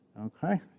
Okay